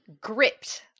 gripped